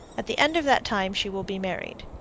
at the end of that time she will be married.